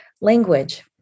Language